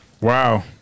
Wow